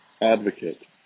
advocate